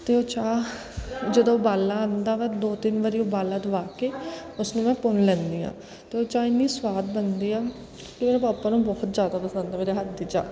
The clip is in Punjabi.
ਅਤੇ ਉਹ ਚਾਹ ਜਦੋਂ ਉਬਾਲਾ ਆਉਂਦਾ ਵਾ ਦੋ ਤਿੰਨ ਵਾਰ ਉਬਾਲਾ ਦਵਾ ਕੇ ਉਸਨੂੰ ਮੈਂ ਪੁਣ ਲੈਂਦੀ ਹਾਂ ਅਤੇ ਉਹ ਚਾਹ ਇੰਨੀ ਸੁਆਦ ਬਣਦੀ ਆ ਕਿ ਮੇਰੇ ਪਾਪਾ ਨੂੰ ਬਹੁਤ ਜ਼ਿਆਦਾ ਪਸੰਦ ਹੈ ਮੇਰੇ ਹੱਥ ਦੀ ਚਾਹ